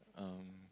um